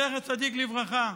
זכר צדיק לברכה: